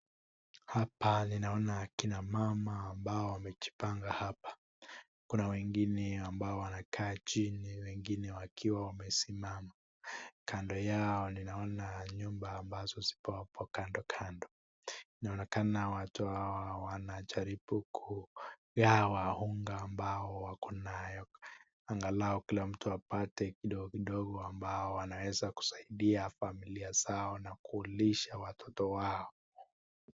Hapa ninaona kina mama ambao wamejipanga hapa, kuna wengine ambao wanakaa chini wengine wakiwa wamesimama, kando yao ninaona nyumba ambazo ziko hapo kandokando, inaonekana watu hawa wanajaribu kugawa unga ambayo wako nayo, angalau kula mtu apate kidogo kidogo ambayo wanaweza kusaidia familia zao na kukisha watoto wao.